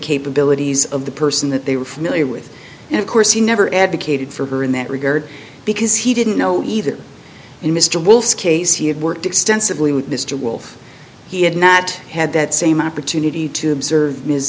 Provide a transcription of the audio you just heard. capabilities of the person that they were familiar with and of course he never advocated for her in that regard because he didn't know either in mr wolf case he had worked extensively with mr wolf he had not had that same opportunity to observe ms